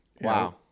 Wow